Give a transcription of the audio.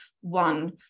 one